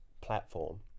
platform